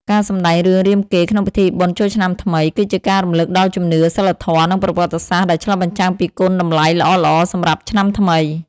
ការសម្តែងរឿងរាមកេរ្តិ៍ក្នុងពិធីបុណ្យចូលឆ្នាំថ្មី គឺជាការរំលឹកដល់ជំនឿ សីលធម៌ និងប្រវត្តិសាស្ត្រ ដែលឆ្លុះបញ្ចាំងពីគុណតម្លៃល្អៗសម្រាប់ឆ្នាំថ្មី។